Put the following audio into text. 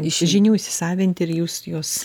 žinių įsisavinti ir jūs juos